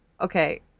Okay